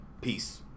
peace